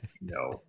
no